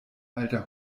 alter